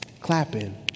clapping